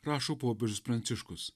rašo popiežius pranciškus